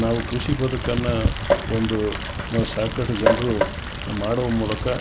ನಾವು ಕೃಷಿ ಬದುಕನ್ನ ಒಂದು ಮ ಸಕಟ್ ಜನರು ಮಾಡೋ ಮೂಲಕ